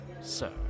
sir